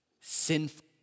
Sinful